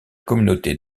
communauté